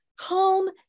calm